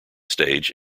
stage